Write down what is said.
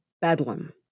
bedlam